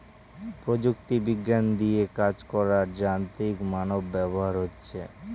প্রযুক্তি বিজ্ঞান দিয়ে কাজ করার যান্ত্রিক মানব ব্যবহার হচ্ছে